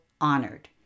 honored